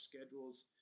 schedules